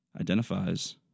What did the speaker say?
identifies